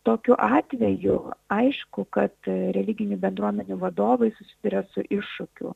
tokiu atveju aišku kad religinių bendruomenių vadovai susiduria su iššūkiu